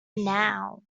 now